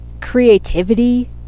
Creativity